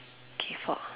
kay four